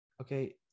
Okay